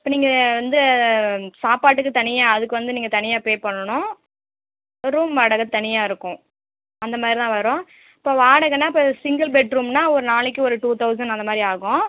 இப்போ நீங்கள் வந்து சாப்பாட்டுக்கு தனியாக அதுக்கு வந்து நீங்கள் தனியாக பே பண்ணனும் ரூம் வாடகை தனியாக இருக்கும் அந்த மாதிரி தான் வரும் இப்போ வாடகைன்னா இப்போ சிங்கிள் பெட்ரூம்னா ஒரு நாளைக்கு ஒரு டூ தௌசண்ட் அந்த மாதிரி ஆகும்